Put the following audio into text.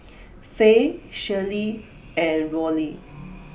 Faye Shirley and Rollie